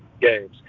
games